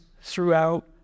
throughout